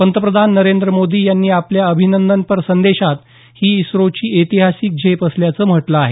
पंतप्रधान नरेंद्र मोदी यांनी आपल्या अभिनंदनपर संदेशात ही इस्रोची ऐतिहासिक झेप असल्याचं म्हटलं आहे